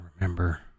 remember